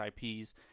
IPs